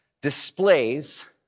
displays